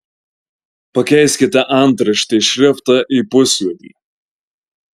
pakeiskite antraštės šriftą į pusjuodį